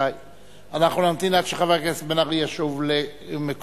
אנחנו נמתין עד שחבר הכנסת בן-ארי ישוב למקומו.